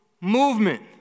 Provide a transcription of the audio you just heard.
movement